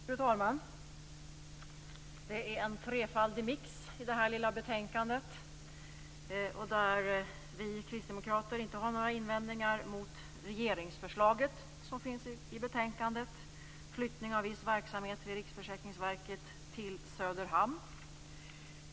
Fru talman! Det är en trefaldig mix i detta lilla betänkande. Vi kristdemokrater har inte några invändningar mot det regeringsförslag som finns i betänkandet, flyttning av viss verksamhet vid Riksförsäkringsverket till Söderhamn.